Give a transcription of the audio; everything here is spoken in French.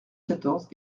quatorze